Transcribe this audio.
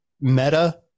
meta